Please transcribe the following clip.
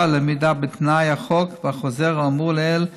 לעמידה בתנאי החוק והחוזר האמור לעיל,